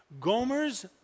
Gomer's